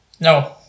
No